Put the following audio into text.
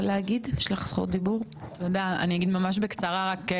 אני אגיד ממש בקצרה רק שאני מברכת על ההתמקדות בצורך